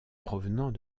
provenant